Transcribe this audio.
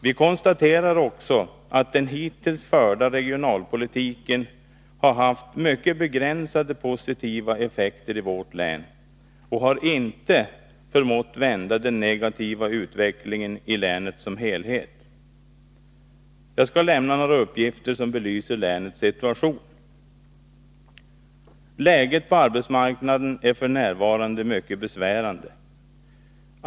Vi konstaterar vidare att den hittills förda regionalpolitiken har haft mycket begränsade positiva effekter i vårt län och inte förmått vända den negativa utvecklingen i länet som helhet. Jag skall lämna några uppgifter som belyser länets situation. — Läget på arbetsmarknaden är f. n. mycket besvärande.